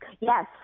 Yes